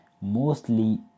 mostly